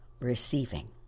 receiving